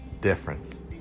difference